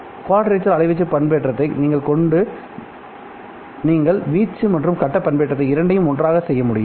quadrature அலைவீச்சு பண்பு ஏற்றத்தை கொண்டு நீங்கள் வீச்சு மற்றும் கட்ட பண்பேற்றம் இரண்டையும் ஒன்றாக செய்ய முடியும்